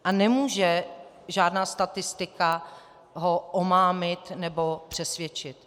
A nemůže žádná statistika ho omámit nebo přesvědčit.